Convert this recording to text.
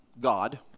God